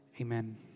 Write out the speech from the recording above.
Amen